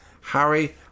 Harry